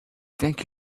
thank